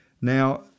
Now